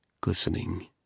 glistening